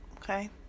Okay